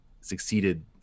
succeeded